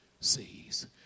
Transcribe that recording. sees